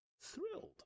thrilled